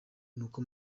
n’uko